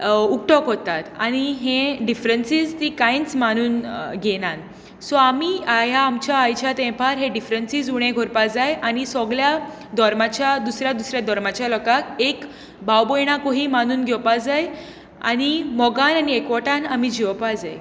उक्तो करतात आनी हे डिफरन्सिस ती कांयच मानून घेनात सो आमी ह्या आमच्या आयच्या तेंपार हे डिफरन्सिस उणें करपाक जाय आनी सगल्या धर्माच्या दुसऱ्यां दुसऱ्यां धर्माच्या लोकांक एक भाव भयणां कशीं मानून घेवपाक जाय आनी मोगान आनी एकवटान आमी जियेवपाक जाय